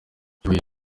ihuye